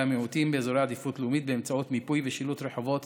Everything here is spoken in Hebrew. המיעוטים באזורי עדיפות לאומית באמצעות מיפוי ושילוט רחובות